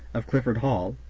of clifford hall.